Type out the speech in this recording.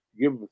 give